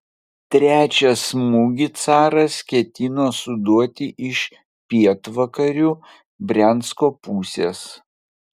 trečią smūgį caras ketino suduoti iš pietvakarių briansko pusės